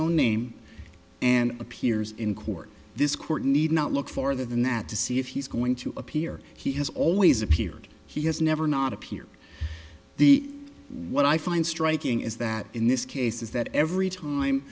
own name and appears in court this court need not look farther than that to see if he's going to appear he has always appeared he has never not appear the what i find striking is that in this case is that every time